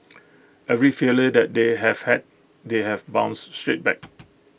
every failure that they have had they have bounced straight back